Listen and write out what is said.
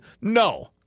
No